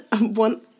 one